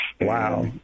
wow